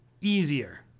easier